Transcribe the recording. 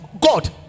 God